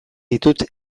ditut